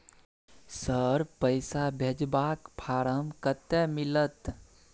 Sir, पैसा भेजबाक form कत्ते मिलत?